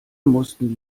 mussten